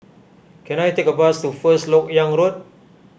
can I take a bus to First Lok Yang Road